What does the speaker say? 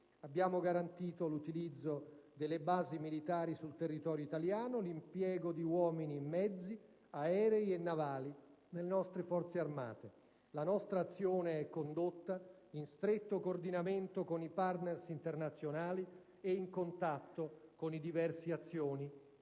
Abbiamo garantito l'utilizzo delle basi militari sul territorio italiano e l'impiego di uomini e mezzi (aerei e navali) delle nostre Forze armate; la nostra azione è condotta in stretto coordinamento con i *partner* internazionali e in contatto con i diversi attori